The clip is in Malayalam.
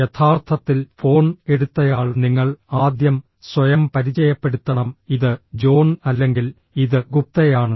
യഥാർത്ഥത്തിൽ ഫോൺ എടുത്തയാൾ നിങ്ങൾ ആദ്യം സ്വയം പരിചയപ്പെടുത്തണം ഇത് ജോൺ അല്ലെങ്കിൽ ഇത് ഗുപ്തയാണ്